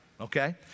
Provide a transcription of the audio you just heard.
okay